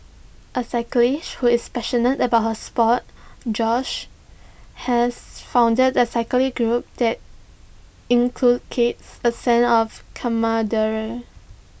A cyclist who is passionate about her Sport Joyce has founded A cycling group that inculcates A sense of